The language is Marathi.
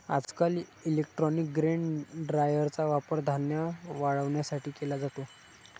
आजकाल इलेक्ट्रॉनिक ग्रेन ड्रायरचा वापर धान्य वाळवण्यासाठी केला जातो